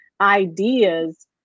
ideas